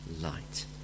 light